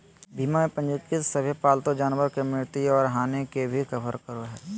बीमा में पंजीकृत सभे पालतू जानवर के मृत्यु और हानि के भी कवर करो हइ